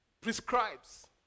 prescribes